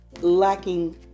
lacking